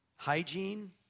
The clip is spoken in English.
hygiene